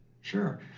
Sure